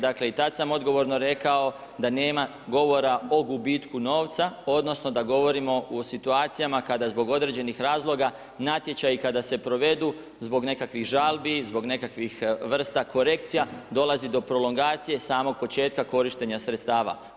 Dakle i tad sam odgovorno rekao da nema govora o gubitku novca, odnosno da govorimo u situacijama kada zbog određenih razloga natječaji kada se provedu zbog nekakvih žalbi, zbog nekakvih vrsta korekcija dolazi do prolongacije samog početka korištenja sredstava.